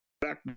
back